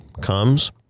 comes